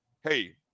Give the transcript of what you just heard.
hey